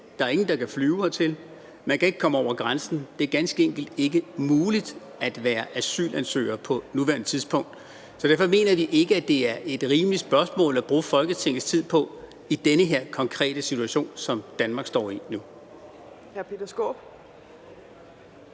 ikke er nogen, der kan flyve hertil, og man ikke kan komme over grænsen; det er ganske enkelt ikke muligt at være asylansøger på nuværende tidspunkt. Så derfor mener vi ikke, at det er et rimeligt spørgsmål at bruge Folketingets tid på i den her konkrete situation, som Danmark står i nu.